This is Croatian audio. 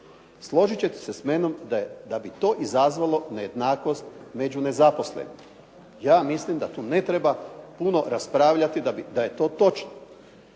Složit ćete se sa mnom da bi to izazvalo nejednakost među nezaposlenima. Ja mislim da tu ne treba puno raspravljati, da je to točno.